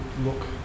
look